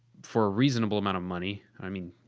for a reasonable amount of money. i mean.